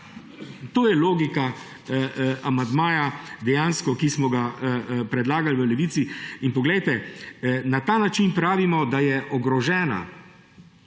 To je logika amandmaja, ki smo ga predlagali v Levici. Poglejte, na ta način pravimo, da je ogrožen